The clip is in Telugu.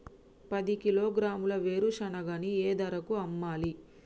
పది కిలోగ్రాముల వేరుశనగని ఏ ధరకు అమ్మాలి?